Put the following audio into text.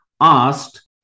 asked